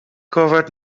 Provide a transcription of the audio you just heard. covered